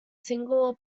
single